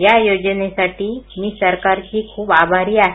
या योजनेसाठी मी सरकारची खूप आभारी आहे